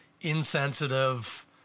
insensitive